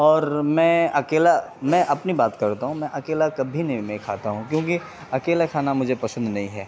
اور میں اکیلا میں اپنی بات کرتا ہوں میں اکیلا کبھی نہیں میں کھاتا ہوں کیونکہ اکیلا کھانا مجھے پسند نہیں ہے